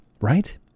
Right